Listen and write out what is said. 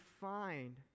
find